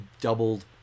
doubled